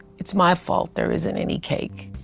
it's my fault there isn't any cake.